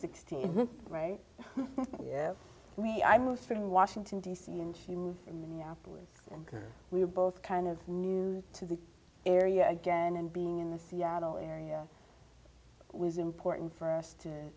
sixteen right yeah we i moved from washington d c and she moved from minneapolis and we were both kind of new to the area again and being in the seattle area was important for us to